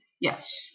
Yes